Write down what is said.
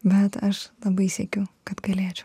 bet aš labai siekiu kad galėčiau